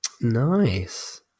Nice